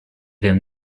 him